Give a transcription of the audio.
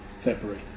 February